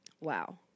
Wow